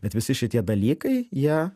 bet visi šitie dalykai jie